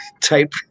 type